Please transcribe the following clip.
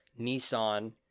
Nissan